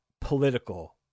political